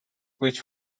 which